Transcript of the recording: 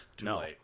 No